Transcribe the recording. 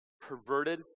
perverted